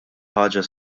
ħaġa